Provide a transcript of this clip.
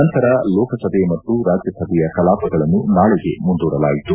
ನಂತರ ಲೋಕಸಭೆ ಮತ್ತು ರಾಜ್ಯಸಭೆಯ ಕಲಾಪಗಳನ್ನು ನಾಳೆಗೆ ಮುಂದೂಡಲಾಯಿತು